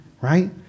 right